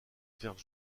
faire